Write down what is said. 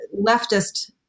leftist